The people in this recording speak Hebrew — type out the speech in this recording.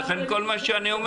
ולכן כל מה שאני אומר,